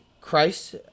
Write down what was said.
Christ